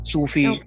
Sufi